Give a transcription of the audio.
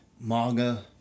Manga